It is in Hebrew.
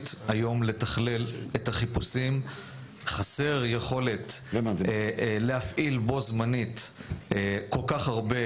אל"ף יכול להיות שכן, זה לא ארגון, זה יכול להיות